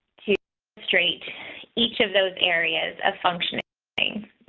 two straight each of those areas of functioning.